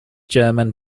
german